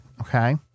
Okay